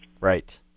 Right